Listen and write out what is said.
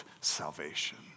salvation